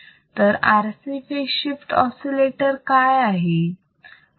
तर RC phase shift oscillator काय आहेत